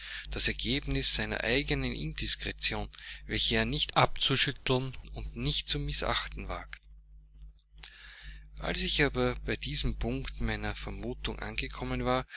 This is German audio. das ergebnis seiner eigenen indiskretion welchen er nicht abzuschütteln und nicht zu mißachten wagt als ich aber bei diesem punkt meiner vermutungen angekommen war